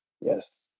Yes